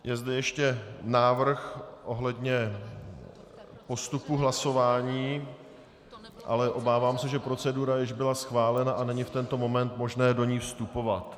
Je zde ještě návrh ohledně postupu hlasování, ale obávám se, že procedura již byla schválena a není v tento moment možné do ní vstupovat.